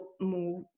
more